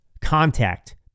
contact